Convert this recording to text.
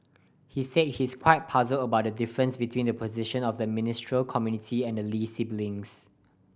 he said he is quite puzzled about the difference between the positions of the Ministerial Committee and the Lee siblings